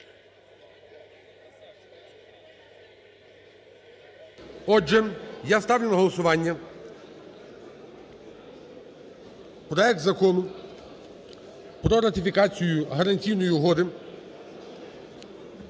Отже, я ставлю на голосування проект Закону про ратифікацію Гарантійної угоди…